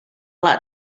lot